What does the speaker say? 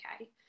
okay